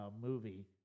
movie